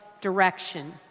direction